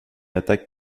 attaque